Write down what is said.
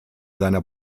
seiner